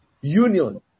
union